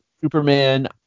Superman